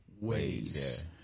ways